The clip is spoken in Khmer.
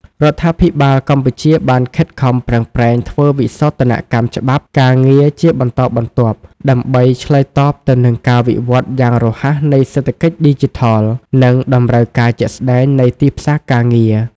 រដ្ឋាភិបាលកម្ពុជាបានខិតខំប្រឹងប្រែងធ្វើវិសោធនកម្មច្បាប់ការងារជាបន្តបន្ទាប់ ដើម្បីឆ្លើយតបទៅនឹងការវិវត្តយ៉ាងរហ័សនៃសេដ្ឋកិច្ចឌីជីថល និងតម្រូវការជាក់ស្តែងនៃទីផ្សារការងារ។